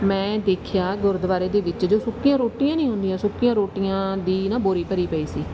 ਮੈਂ ਦੇਖਿਆ ਗੁਰਦੁਆਰੇ ਦੇ ਵਿੱਚ ਜੋ ਸੁੱਕੀਆਂ ਰੋਟੀਆਂ ਨਹੀਂ ਹੁੰਦੀਆਂ ਸੁੱਕੀਆਂ ਰੋਟੀਆਂ ਦੀ ਨਾ ਬੋਰੀ ਭਰੀ ਪਈ ਸੀ